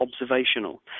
observational